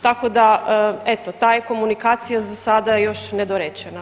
Tako da eto ta je komunikacija za sada još nedorečena.